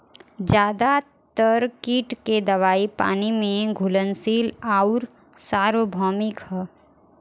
ज्यादातर कीट के दवाई पानी में घुलनशील आउर सार्वभौमिक ह?